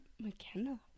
McKenna